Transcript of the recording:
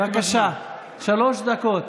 בבקשה, שלוש דקות.